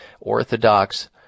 orthodox